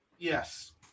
Yes